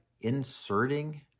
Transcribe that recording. inserting